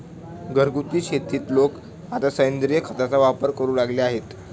घरगुती शेतीत लोक आता सेंद्रिय खताचा वापर करू लागले आहेत